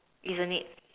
isn't it